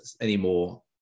anymore